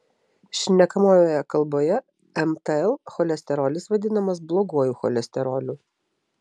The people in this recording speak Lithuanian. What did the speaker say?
šnekamojoje kalboje mtl cholesterolis vadinamas bloguoju cholesteroliu